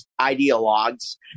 ideologues